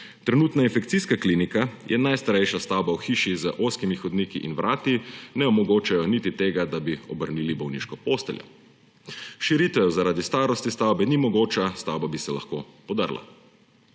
Trenutna infekcijska klinika je najstarejša stavba v hiši, ki z ozkimi hodniki in vrati ne omogočajo niti tega, da bi obrnili bolniško posteljo. Širitev zaradi starosti stavbe ni mogoča, stavba bi se lahko podrla.